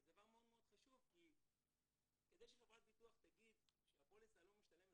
וזה דבר מאוד מאוד חשוב כי כדי שחברת ביטוח תגיד שהפוליסה לא משתלמת,